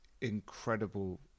incredible